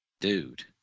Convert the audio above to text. dude